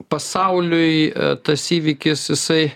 pasauliui tas įvykis jisai